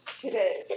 Today